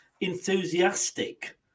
enthusiastic